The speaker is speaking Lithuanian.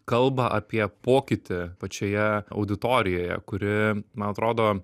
kalba apie pokytį pačioje auditorijoje kuri man atrodo